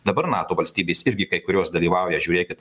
dabar nato valstybės irgi kai kurios dalyvauja žiūrėkit